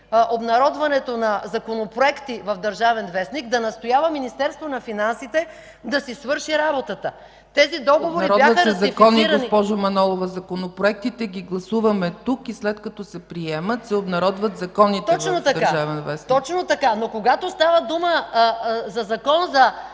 обнародването на законопроекти в „Държавен вестник”, да настоява Министерство на финансите да си свърши работата. Тези договори бяха ратифицирани... ПРЕДСЕДАТЕЛ ЦЕЦКА ЦАЧЕВА: Обнародват се закони, госпожо Манолова. Законопроектите ги гласуваме тук и след като се приемат, се обнародват законите в „Държавен вестник”. МАЯ МАНОЛОВА: Точно така, но когато става дума за закон за